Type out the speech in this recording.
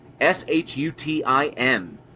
S-H-U-T-I-N